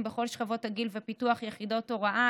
בכל שכבות הגיל ופיתוח יחידות הוראה,